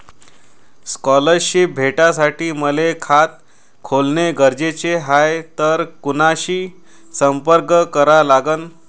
Scholarship भेटासाठी मले खात खोलने गरजेचे हाय तर कुणाशी संपर्क करा लागन?